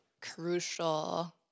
crucial